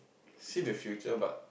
see the future but